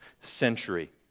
century